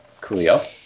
Coolio